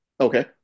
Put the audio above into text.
Okay